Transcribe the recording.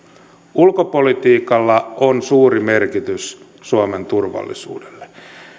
ulkopolitiikalla on suuri merkitys suomen turvallisuudelle